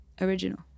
original